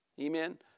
Amen